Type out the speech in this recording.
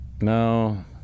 no